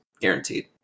Guaranteed